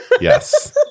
Yes